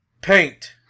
paint